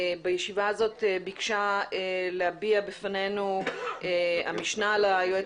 בישיבה הזאת ביקשה להביע בפנינו המשנה ליועץ